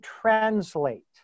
translate